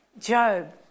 Job